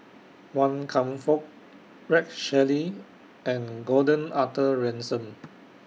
Wan Kam Fook Rex Shelley and Gordon Arthur Ransome